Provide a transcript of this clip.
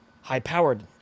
high-powered